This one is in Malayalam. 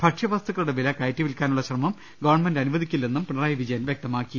ഭക്ഷ്യ വസ്തുക്കളുടെ വില കയറ്റി വിൽക്കാനുള്ള ശ്രമം ഗവൺമെന്റ് അനുവദി ക്കില്ലെന്നും പിണറായി വിജയൻ വൃക്തമാക്കി